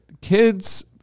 kids